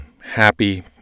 happy